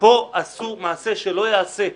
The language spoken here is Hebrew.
פה עשו מעשה שלא ייעשה,